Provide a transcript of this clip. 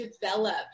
develop